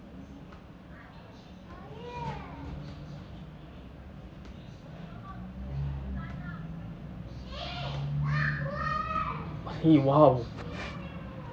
!ee! !wow!